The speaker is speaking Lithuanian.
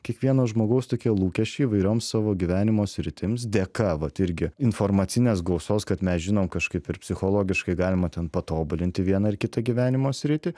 kiekvieno žmogaus tokie lūkesčiai įvairioms savo gyvenimo sritims dėka vat irgi informacinės gausos kad mes žinom kažkaip ir psichologiškai galima ten patobulinti vieną ar kitą gyvenimo sritį